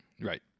Right